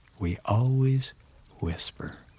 we always whisper.